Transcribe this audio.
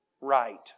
right